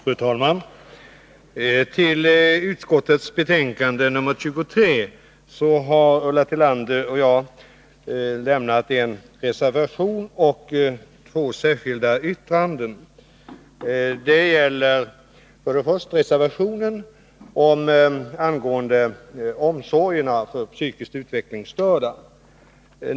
Fru talman! Till utskottets betänkande nr 23 har Ulla Tillander och jag lämnat en reservation och två särskilda yttranden. Reservationen gäller omsorgerna för psykiskt utvecklingsstörda.